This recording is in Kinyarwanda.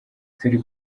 turi